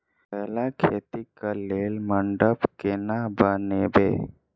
करेला खेती कऽ लेल मंडप केना बनैबे?